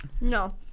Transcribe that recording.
no